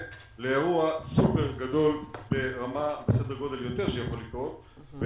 לאירוע סופר גדול בסדר גודל גדול יותר שיכול לקרות,